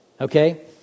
Okay